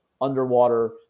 underwater